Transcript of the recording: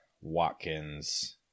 Watkins